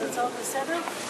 חבר הכנסת צחי הנגבי,